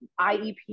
IEP